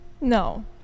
No